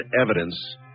evidence